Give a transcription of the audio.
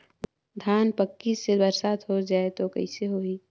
धान पक्की से बरसात हो जाय तो कइसे हो ही?